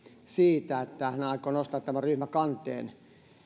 siitä että aikoo nostaa ryhmäkanteen